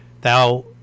thou